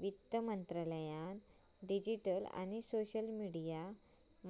वित्त मंत्रालयान डिजीटल आणि सोशल मिडीया